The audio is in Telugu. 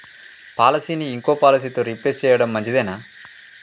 పాలసీని ఇంకో పాలసీతో రీప్లేస్ చేయడం మంచిదేనా?